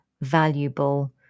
valuable